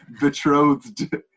betrothed